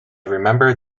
remember